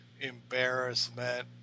embarrassment